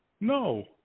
No